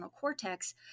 cortex